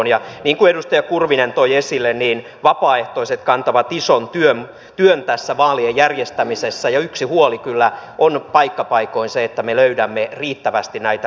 niin kuin edustaja kurvinen toi esille vapaaehtoiset kantavat ison työn vaalien järjestämisessä ja yksi huoli kyllä on paikka paikoin se että me löydämme riittävästi näitä toimihenkilöitä